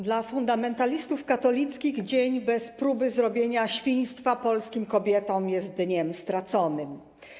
Dla fundamentalistów katolickich dzień bez próby zrobienia świństwa polskim kobietom jest dniem straconym.